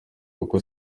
kuko